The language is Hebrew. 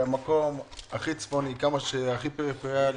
המקום הכי צפוני, הכי פריפריאלי.